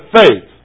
faith